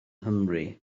nghymru